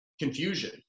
confusion